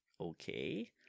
okay